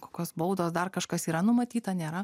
kokios baudos dar kažkas yra numatyta nėra